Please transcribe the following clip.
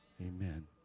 amen